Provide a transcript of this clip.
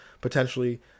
potentially